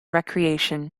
recreation